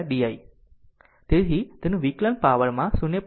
તેથી તેનું વિકલન પાવરમાં 0